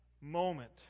moment